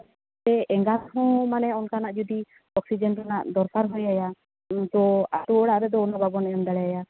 ᱥᱮ ᱮᱸᱜᱟᱛ ᱦᱚᱸ ᱚᱱᱠᱟᱱᱟᱜ ᱡᱩᱫᱤ ᱚᱠᱥᱤᱡᱮᱱ ᱨᱮᱱᱟᱜ ᱫᱚᱨᱠᱟᱨ ᱦᱩᱭᱟᱭᱟ ᱠᱤᱱᱛᱩ ᱟᱛᱳ ᱚᱲᱟᱜ ᱨᱮᱫᱚ ᱩᱱᱫᱚ ᱵᱟᱵᱚᱱ ᱮᱢ ᱫᱟᱲᱮᱣᱟᱭᱟ